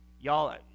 Y'all